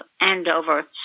Andover